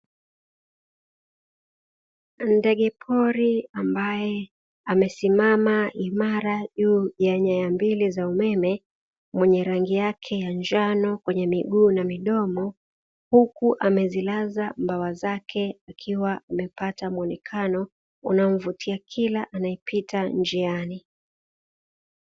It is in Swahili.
Ndege pori ambaye amesimama imara juu ya nyaya mbili za umeme mwenye rangi yake ya njano kwenye miguu na midomo, huku amezilaza mbawa zake akiwa amepata muonekano unaomvutia kila anayepita njiani.